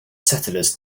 settlers